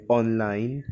online